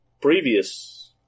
previous